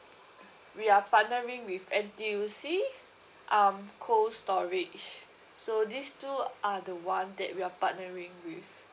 we are partnering with N_T_U_C um cold storage so these two are the one that we are partnering with